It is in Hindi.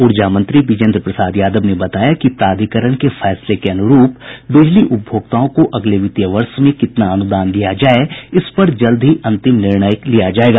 ऊर्जा मंत्री विजेंद्र प्रसाद यादव ने बताया कि प्राधिकरण के फैसले के अनुरूप बिजली उपभोक्ताओं को अगले वित्तीय वर्ष में कितना अनुदान दिया जाये इस पर जल्द ही अंतिम निर्णय लिया जायेगा